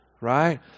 Right